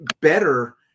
better